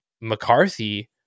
McCarthy